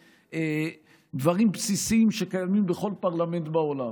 דברים בסיסיים שקיימים בכל פרלמנט בעולם.